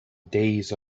days